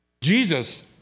Jesus